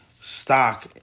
stock